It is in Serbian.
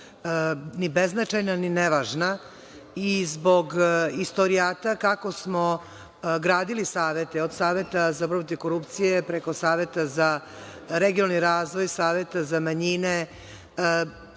ni beznačajna ni nevažna i zbog istorijata kako smo gradili savete, od Saveta za borbu protiv korupcije, preko Saveta za regionalni razvoj, Saveta za manjine,